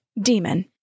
demon